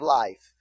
life